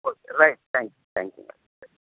okay right thanks thank you madam right